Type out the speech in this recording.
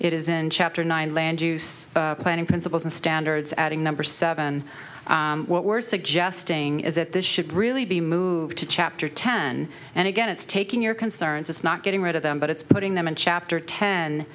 it isn't chapter nine land use planning principles and standards adding number seven what we're suggesting is that this should really be moved to chapter ten and again it's taking your concerns it's not getting rid of them but it's putting them in